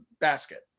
basket